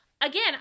Again